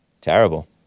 Terrible